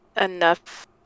enough